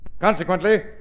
Consequently